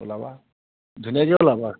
ওলাবা ধুনীয়াকে ওলাবা